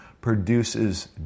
produces